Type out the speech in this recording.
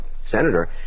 senator